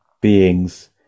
beings